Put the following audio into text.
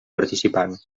participant